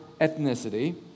ethnicity